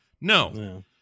No